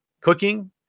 cooking